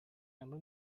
ямар